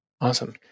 awesome